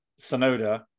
Sonoda